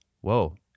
whoa